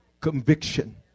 conviction